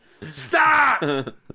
Stop